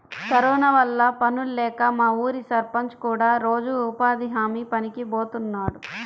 corona వల్ల పనుల్లేక మా ఊరి సర్పంచ్ కూడా రోజూ ఉపాధి హామీ పనికి బోతన్నాడు